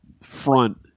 front